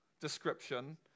description